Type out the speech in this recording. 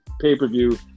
pay-per-view